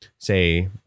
say